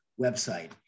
website